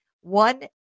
One